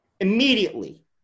Immediately